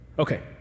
Okay